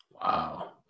Wow